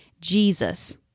Jesus